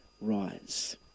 rise